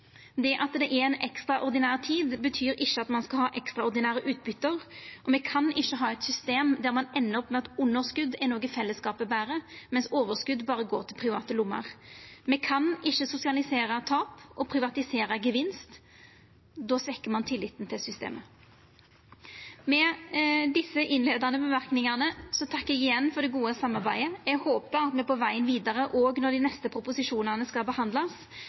Det at det er ei ekstraordinær tid, betyr ikkje at ein skal ha ekstraordinære utbyte, og me kan ikkje ha eit system der ein endar med at underskot er noko fellesskapet ber, medan overskot berre går i private lommer. Me kan ikkje sosialisera tap og privatisera gevinst. Då svekkjer ein tilliten til systemet. Med desse innleiande merknadene takkar eg igjen for det gode samarbeidet, og eg håpar at me på vegen vidare – òg når dei neste proposisjonane skal behandlast,